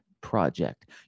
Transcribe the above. project